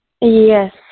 Yes